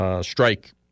strike